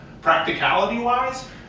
practicality-wise